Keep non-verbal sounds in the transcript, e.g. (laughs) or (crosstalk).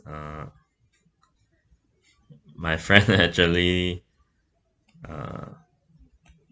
uh my friend (laughs) actually uh